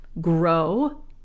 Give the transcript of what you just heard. grow